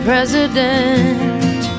president